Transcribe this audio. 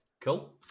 Cool